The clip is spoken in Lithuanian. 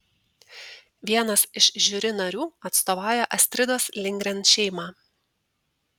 vienas iš žiuri narių atstovauja astridos lindgren šeimą